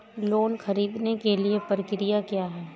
Loan ख़रीदने के लिए प्रक्रिया क्या है?